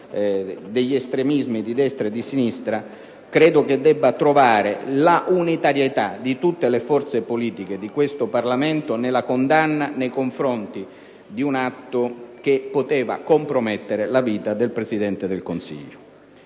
degli estremismi di destra e di sinistra), l'Italia debba trovare l'unitarietà di tutte le forze politiche del Parlamento nella condanna nei confronti di un atto che poteva compromettere la vita del Presidente del Consiglio.